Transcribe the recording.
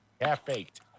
Half-baked